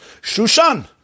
Shushan